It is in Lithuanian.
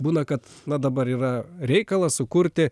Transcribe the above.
būna kad na dabar yra reikalas sukurti